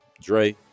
Dre